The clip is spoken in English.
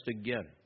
again